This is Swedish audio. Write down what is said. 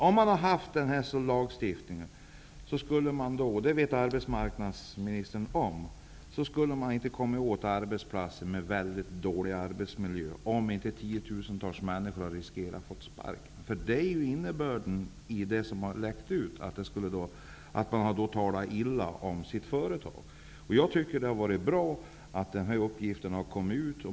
Om vi hade haft en sådan lagstiftning skulle vi inte kunna komma åt arbetsplatser med mycket dåliga arbetsmiljöer och tiotusentals människor skulle riskera att få sparken. Det vet arbetsmarknadsministern också. Detta är ju innebörden av det som läckt ut. Då skulle man ju tala illa om sitt företag. Det är bra att den här uppgiften har kommit ut.